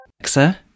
alexa